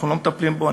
אנחנו לא מטפלים בו,